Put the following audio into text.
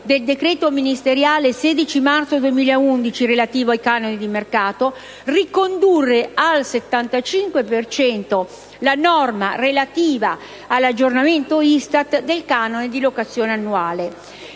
del decreto ministeriale 16 marzo 2011 relativo ai canoni di mercato, e di ricondurre al 75 per cento la norma relativa all'aggiornamento ISTAT del canone di locazione annuale.